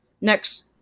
Next